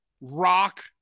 Rock